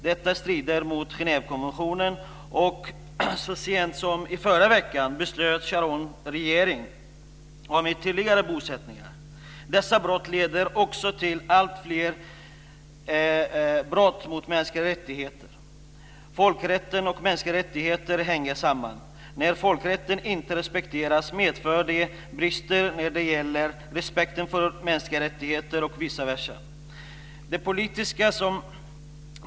Detta strider mot Genèvekonventionen, och så sent som i förra veckan beslöt Sharons regering om ytterligare bosättningar. Dessa brott leder också till alltfler brott mot mänskliga rättigheter. Folkrätten och de mänskliga rättigheterna hänger samman. När folkrätten inte respekteras medför det brister i respekten för mänskliga rättigheter och vice versa.